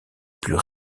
plus